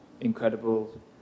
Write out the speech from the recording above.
incredible